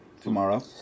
tomorrow